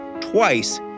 twice